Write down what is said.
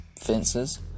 fences